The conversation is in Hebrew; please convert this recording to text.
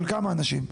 של כמה אנשים?